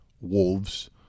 wolves